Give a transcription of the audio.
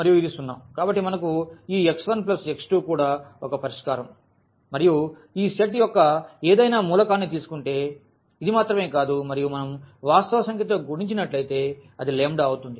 కాబట్టి మనకు ఈ x1x2 కూడా ఒక పరిష్కారం మరియు ఈ సెట్ యొక్క ఏదైనా మూలకాన్ని తీసుకుంటే ఇది మాత్రమే కాదు మరియు మనం వాస్తవ సంఖ్యతో గుణించినట్లయితే అది అవుతుంది